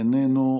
איננו.